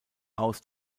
aus